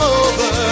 over